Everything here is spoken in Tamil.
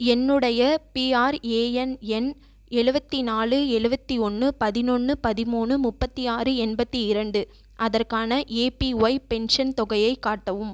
என்னுடைய பிஆர்ஏஎன் எண் எழுபத்தினாலு எழுவத்தியொன்று பதினொன்று பதிமூணு முப்பத்திஆறு எண்பத்துஇரண்டு அதற்கான ஏபிஒய் பென்ஷன் தொகையைக் காட்டவும்